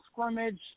scrimmage